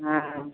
हाँ